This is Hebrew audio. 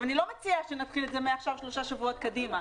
אני לא מציעה שנתחיל את זה מעכשיו שלושה שבועות קדימה,